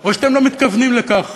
או שאתם לא מתכוונים לכך.